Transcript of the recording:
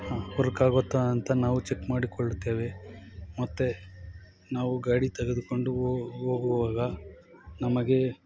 ಹಾಂ ವರ್ಕ್ ಆಗುತ್ತಾ ಅಂತ ನಾವು ಚೆಕ್ ಮಾಡಿಕೊಳ್ಳುತ್ತೇವೆ ಮತ್ತೆ ನಾವು ಗಾಡಿ ತೆಗೆದುಕೊಂಡು ಹೋಗುವಾಗ ನಮಗೆ